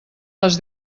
les